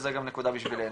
וזאת גם נקודה בשבילנו.